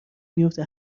میفته